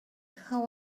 how